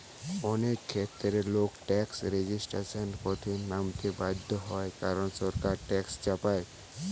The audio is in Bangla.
অনেক ক্ষেত্রে লোক ট্যাক্স রেজিস্ট্যান্সের পথে নামতে বাধ্য হয় কারণ সরকার ট্যাক্স চাপায়